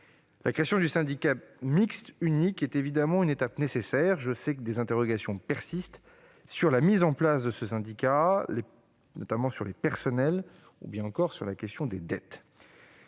La création du syndicat mixte unique est évidemment une étape nécessaire. Je sais que des interrogations persistent sur la mise en place de ce syndicat, notamment à propos des personnels ou encore des dettes.